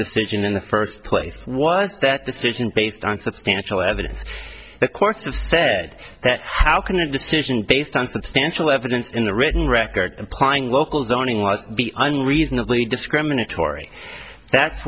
decision in the first place was that decision based on substantial evidence the courts have said that how can a decision based on substantial evidence in the written record implying local zoning laws be unreasonably discriminatory that's